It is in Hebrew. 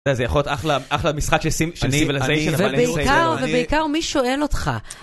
זה יכול להיות אחלה משחק של שני ולצעי ובעיקר, ובעיקר מי שואל אותך?